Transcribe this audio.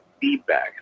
feedback